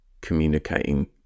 communicating